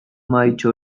mahaitxo